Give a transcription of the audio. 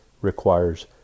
requires